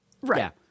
Right